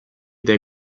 dai